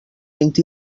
vint